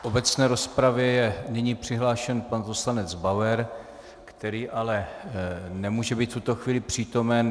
V obecné rozpravě je nyní přihlášen pan poslanec Bauer, který ale nemůže být v tuto chvíli přítomen.